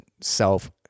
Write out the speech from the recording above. self